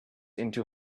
into